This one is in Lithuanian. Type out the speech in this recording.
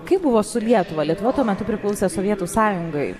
kaip buvo su lietuva lietuva tuo metu priklausė sovietų sąjungai